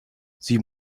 sie